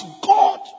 God